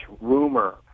rumor